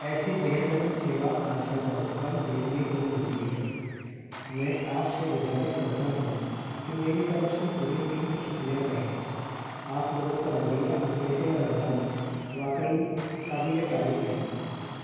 ایسی بہترین سیوا آج کل بہت کم دیکھنے کو ملتی ہے میں آپ سے گزارش کرتا ہوں کہ میری طرف سے پوری ٹیم کو شکریہ کہیں آپ لوگوں کا رویہ اور پیشے ور انداز واقعی قابل تعریف ہے